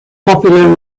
popular